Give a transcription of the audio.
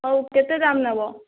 ଆଉ କେତେ ଦାମ୍ ନେବ